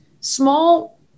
small